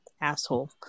asshole